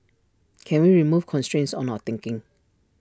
can we remove constraints on our thinking